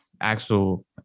actual